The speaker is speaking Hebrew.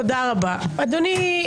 אדוני,